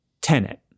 Tenant